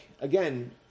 again